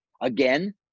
Again